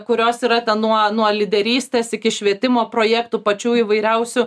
kurios yra ten nuo nuo lyderystės iki švietimo projektų pačių įvairiausių